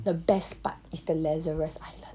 the best part is the lazarus island